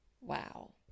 wow